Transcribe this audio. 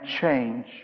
change